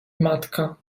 matka